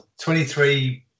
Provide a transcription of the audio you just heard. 23